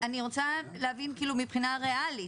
אני רוצה להבין מבחינה ריאלית,